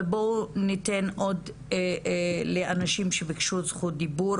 בואו ניתן לאנשים שביקשו זכות דיבור,